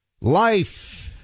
life